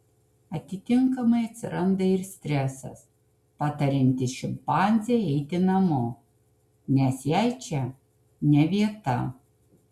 atitinkamai atsiranda ir stresas patariantis šimpanzei eiti namo nes jai čia ne vieta